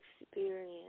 experience